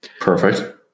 perfect